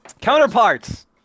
Counterparts